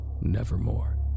nevermore